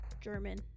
German